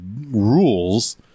rules